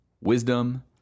wisdom